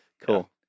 cool